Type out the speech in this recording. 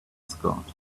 scott